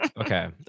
Okay